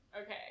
Okay